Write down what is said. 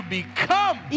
become